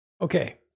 Okay